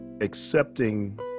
accepting